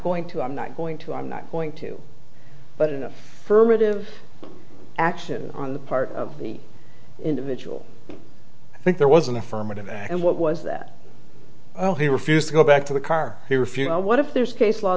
going to i'm not going to i'm not going to but in a firm it is action on the part of the individual i think there was an affirmative act and what was that oh he refused to go back to the car he refused what if there's case law